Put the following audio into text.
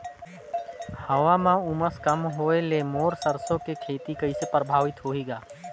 हवा म उमस कम होए ले मोर सरसो के खेती कइसे प्रभावित होही ग?